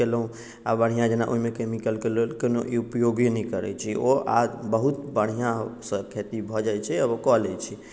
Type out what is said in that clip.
केलहुँ आ बढ़िआँ जेना ओहिमे केमिकलके लोक कोनो उपयोगो नहि करैत छै ओ आ बहुत बढ़िआँसँ खेती भऽ जाइत छै आ ओ कऽ लैत छै